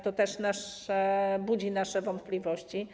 To też budzi nasze wątpliwości.